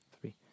three